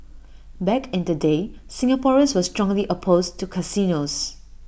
back in the day Singaporeans were strongly opposed to casinos